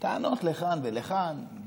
טענות לכאן ולכאן,